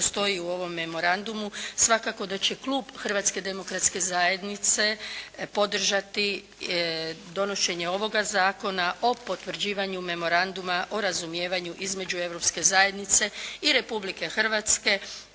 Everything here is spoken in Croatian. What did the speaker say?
stoji u ovom memorandumu, svakako da će klub Hrvatske demokratske zajednice podržati donošenje ovoga Zakona o potvrđivanju Memoranduma o razumijevanju između Europske zajednice i Republike Hrvatske